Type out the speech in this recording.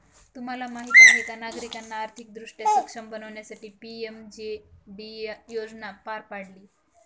तुम्हाला माहीत आहे का नागरिकांना आर्थिकदृष्ट्या सक्षम बनवण्यासाठी पी.एम.जे.डी योजना पार पाडली